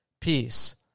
Peace